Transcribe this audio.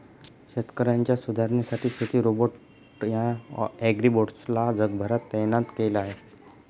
शेतकऱ्यांच्या सुधारणेसाठी शेती रोबोट या ॲग्रीबोट्स ला जगभरात तैनात केल आहे